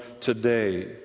today